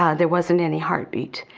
ah there wasn't any heartbeat.